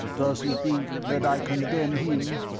does he think that i condemn him?